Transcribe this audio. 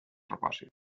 propòsit